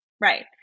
Right